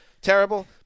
terrible